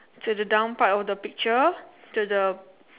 to the down part of the picture to the